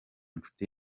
nshuti